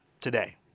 today